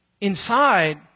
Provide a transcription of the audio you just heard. inside